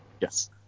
Yes